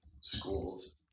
schools